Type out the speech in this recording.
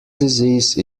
disease